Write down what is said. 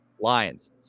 Lions